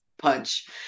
punch